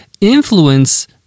influence